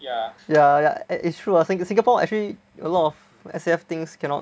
ya ya it's true ya Singapore actually a lot of S_A_F things cannot